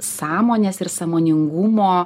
sąmonės ir sąmoningumo